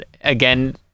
again